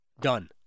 done